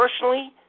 personally